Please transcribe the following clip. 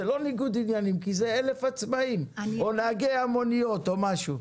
זה לא ניגוד עניינים כי זה 1,000 עצמאים או נהגי המוניות או משהו.